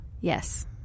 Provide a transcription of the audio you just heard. Yes